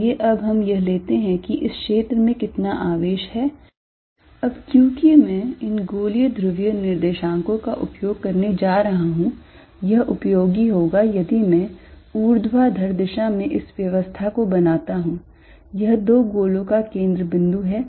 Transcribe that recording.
आइए अब हम यह लेते हैं कि इस क्षेत्र में कितना आवेश हैं अब क्योंकि मैं इन गोलीय ध्रुवीय निर्देशांको का उपयोग करने जा रहा हूं यह उपयोगी होगा यदि मैं ऊर्ध्वाधर दिशा में इस व्यवस्था को बनाता हूं यह दो गोलों का केंद्र बिंदु है